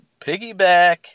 Piggyback